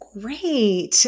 great